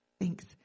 Thanks